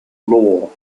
law